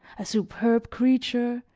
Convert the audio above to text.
a superb creature,